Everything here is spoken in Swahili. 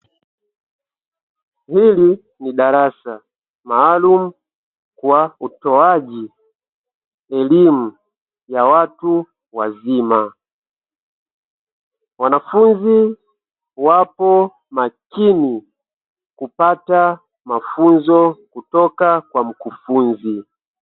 Hili ni darasa maalumu kwa utoaji elimu ya watu wazima, wanafunzi wapo makini kupata mafunzo kutoka kwa mkufunzi.